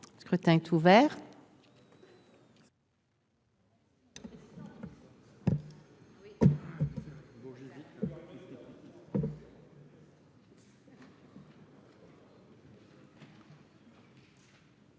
Le scrutin est ouvert.